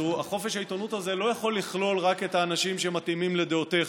אז חופש העיתונות הזה לא יכול לכלול רק את האנשים שמתאימים לדעותיך.